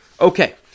Okay